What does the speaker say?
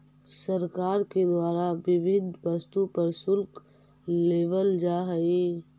सरकार के द्वारा विविध वस्तु पर शुल्क लेवल जा हई